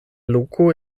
loko